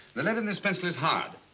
the lead in this pencil is hard,